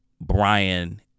Brian